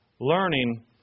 Learning